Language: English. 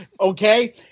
Okay